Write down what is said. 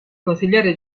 consigliere